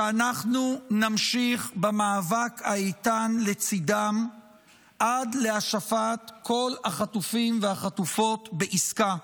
שאנחנו נמשיך במאבק האיתן לצידן עד להשבת כל החטופים והחטופות בעסקה,